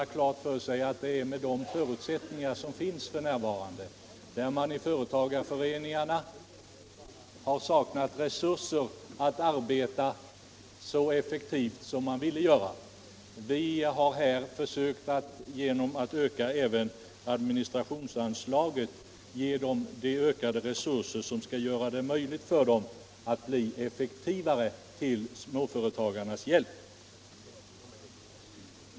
Då skall emellertid herr Rask ha klart för sig att man i företagareföreningarna har saknat resurser att arbeta så effektivt som man har velat göra. Vi har genom att höja administrationsanslaget velat ge dem ökade resurser som skall göra det möjligt för dem att bli effektivare till småföretagarnas hjälp.